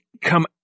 come